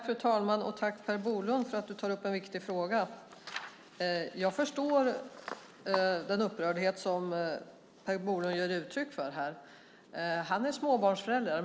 Fru talman! Jag tackar Per Bolund för att han tar upp en viktig fråga. Jag förstår den upprördhet som Per Bolund ger uttryck för. Han är småbarnsförälder.